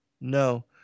No